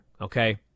Okay